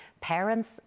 parents